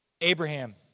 Abraham